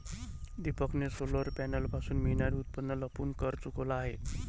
दीपकने सोलर पॅनलपासून मिळणारे उत्पन्न लपवून कर चुकवला आहे